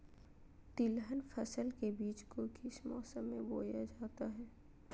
तिलहन फसल के बीज को किस मौसम में बोया जाता है?